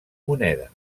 moneda